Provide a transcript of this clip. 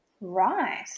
Right